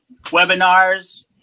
webinars